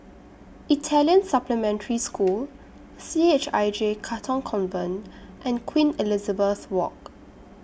Italian Supplementary School C H I J Katong Convent and Queen Elizabeth Walk